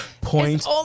point